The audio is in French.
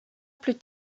plus